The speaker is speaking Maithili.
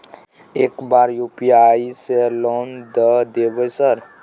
एक बार यु.पी.आई से लोन द देवे सर?